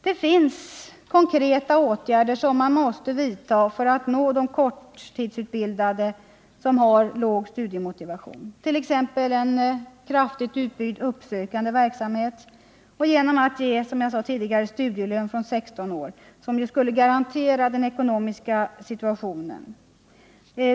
Det finns konkreta åtgärder som man måste vidta för att nå de korttidsutbildade med låg studiemotivation, t.ex. en kraftigt utbyggd uppsökande verksamhet och genom att, som jag sade tidigare, ge studielön från 16 år som skulle garantera den ekonomiska situationen.